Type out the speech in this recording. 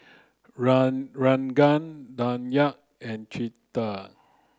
run Ranga Dhyan and Chetan